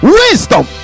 wisdom